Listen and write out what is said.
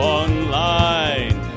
online